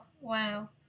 Wow